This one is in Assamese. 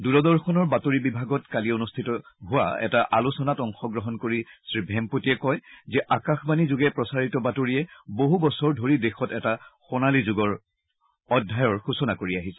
দূৰদৰ্শনৰ বাতৰি বিভাগত কালি অনুষ্ঠিত হোৱা এটা আলোচনাত অংশগ্ৰহণ কৰি শ্ৰীভেম্পটিয়ে কয় যে আকাশবাণী যোগে প্ৰচাৰিত বাতৰিয়ে বহু বছৰ ধৰি দেশত এটা সোণালী অধ্যায়ৰ সূচনা কৰি আহিছে